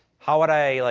how would i, like,